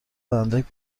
اندک